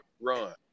run